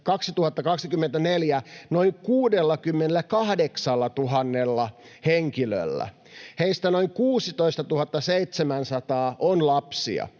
2024 noin 68 000 henkilöllä. Heistä noin 16 700 on lapsia.